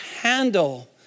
handle